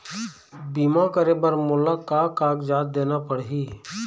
बीमा करे बर मोला का कागजात देना पड़ही?